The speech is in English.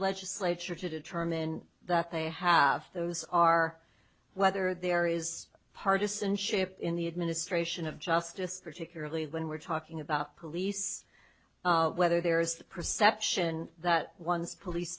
legislature to determine that they have those are whether there is partisanship in the administration of justice particularly when we're talking about police whether there is the perception that one's police